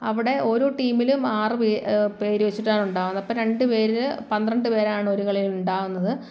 അവിടെ ഓരോ ടീമിലും ആറു പേ പേർ വെച്ചിട്ടാണ് ഉണ്ടാകുന്നത് അപ്പോൾ രണ്ടു പേർ പന്ദ്രണ്ട് പേരാണ് ഒരു കളിയിലുണ്ടാവുന്നത്